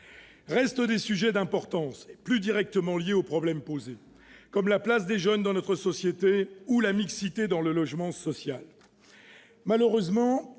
Reste des sujets d'importance, plus directement liés au problème posé, comme la place des jeunes dans notre société ou la mixité dans le logement social. Malheureusement,